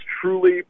truly